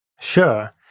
Sure